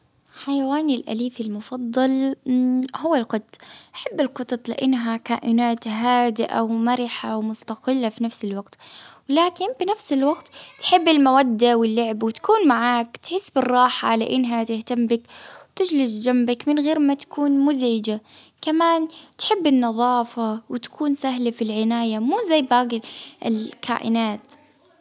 حيواني الأليف المفضل هو القط، أحب القطط تلاقينها كائنات هادئة ومرحة ومستقلة في نفس الوقت. لكن بنفس الوقت تحب المودة واللعب وتكون معك بالراحة على إنها تهتم بك وتجلس جنبك من غير ما تكون مزعجة، كمان النظافة وتكون سهلة في العناية، مو زي باجي-باجي الكائنات.